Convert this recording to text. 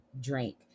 drink